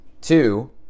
two